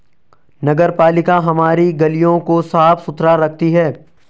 नगरपालिका हमारी गलियों को साफ़ सुथरा रखती है